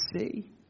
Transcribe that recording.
see